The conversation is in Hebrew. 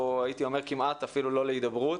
הייתי אומר כמעט אפילו לא להידברות,